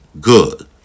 good